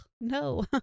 no